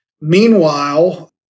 Meanwhile